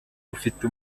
ufite